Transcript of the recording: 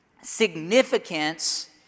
significance